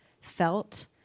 felt